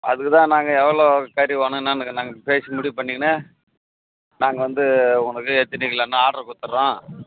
அதுக்கு தான் நாங்கள் எவ்வளோ கறி வேணும் என்னென்னுங்கு என்ன நாங்க பேசி முடிவு பண்ணிக்கின்னு நாங்கள் வந்து உங்களுக்கு எத்தினி கிலோன்னு ஆட்ரு கொடுத்துறோம்